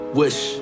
wish